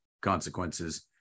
consequences